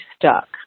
stuck